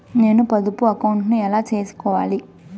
నేను పొదుపు అకౌంటు ను ఎలా సేసుకోవాలి?